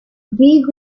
big